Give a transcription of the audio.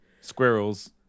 Squirrels